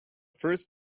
first